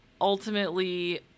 Ultimately